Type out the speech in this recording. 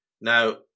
Now